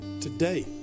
today